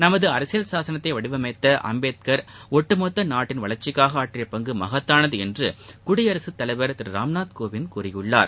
நமது அரசியல் சாசனத்தை வடிவமைத்த அம்பேத்கர் ஒட்டுமொத்த நாட்டின் வளர்ச்சிக்காக ஆற்றிய பங்கு மகத்தானது என்று குடியரசுத் தலைவர் திரு ராம்நாத் கோவிந்த் கூறியுள்ளார்